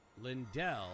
lindell